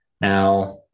Now